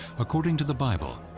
according to the bible,